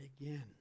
again